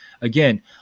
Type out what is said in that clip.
again